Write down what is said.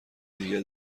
دیگه